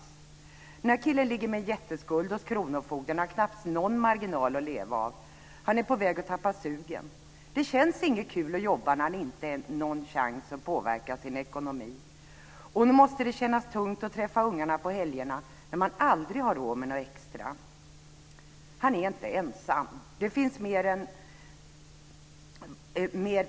Den här killen ligger med en jätteskuld hos kronofogden och har knappast någon marginal att leva på. Det känns inte kul för honom att jobba när han inte har en chans att påverka sin ekonomi. Och nog måste det kännas tungt att träffa ungarna på helgerna när man aldrig har råd med något extra. Han är inte ensam.